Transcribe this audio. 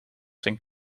zijn